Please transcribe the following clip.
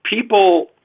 people